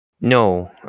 No